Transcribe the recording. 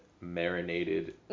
marinated